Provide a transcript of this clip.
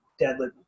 deadlift